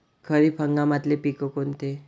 खरीप हंगामातले पिकं कोनते?